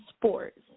sports